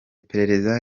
perereza